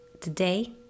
Today